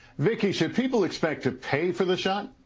vicky, should people expect to pay for the shot?